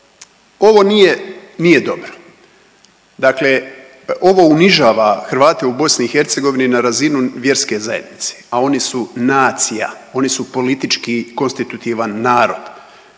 nije dobro. Dakle ovo unižava Hrvate u BiH na razinu vjerske zajednice, a oni su nacija, oni su politički konstitutivan narod.